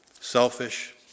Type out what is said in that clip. selfish